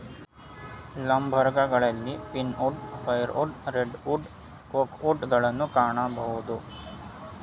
ಲಂಬರ್ಗಳಲ್ಲಿ pine wood, fire wood, red wood, oak wood ಗಳನ್ನು ಕಾಣಬೋದು